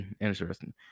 Interesting